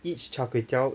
each char kway teow